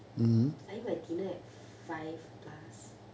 I eat my dinner at five plus